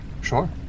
sure